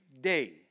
day